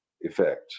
effect